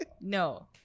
no